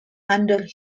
under